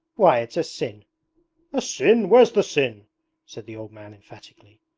why, it's a sin a sin? where's the sin said the old man emphatically.